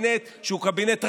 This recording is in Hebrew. קבינט שהוא קבינט רזה.